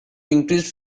increased